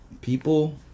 People